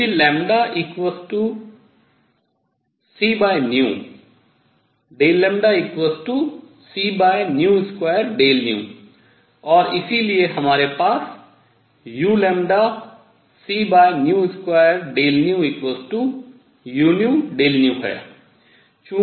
चूंकि λc λc2 Δ और इसलिए हमारे पास uc2 Δνu है